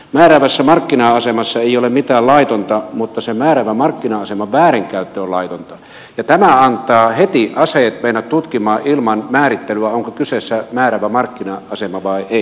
määräävässä markkina asemassa ei ole mitään laitonta mutta sen määräävän markkina aseman väärinkäyttö on laitonta ja tämä antaa heti aseet mennä tutkimaan ilman määrittelyä onko kyseessä määräävä markkina asema vai ei